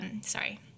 Sorry